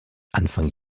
anfang